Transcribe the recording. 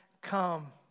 come